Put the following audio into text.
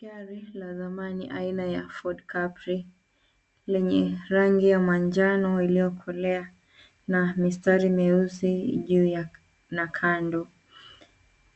Gari la dhamani aina ya Ford Capri lenye rangi ya manjano iliyokolea na mistari meusi juu yake na kando.